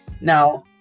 Now